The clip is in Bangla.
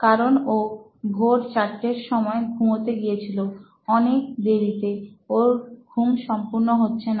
কারণও ভোর 400 সময় ঘুমোতে গিয়েছিল অনেক দেরিতে ওর ঘুম সম্পূর্ণ হচ্ছে না